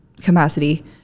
capacity